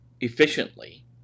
efficiently